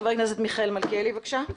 חבר הכנסת מיכאל מלכיאלי, בבקשה.